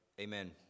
amen